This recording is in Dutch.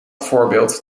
voorbeeld